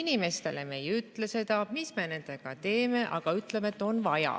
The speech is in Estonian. Inimestele me ei ütle seda, mis me nendega teeme, ütleme, et on vaja.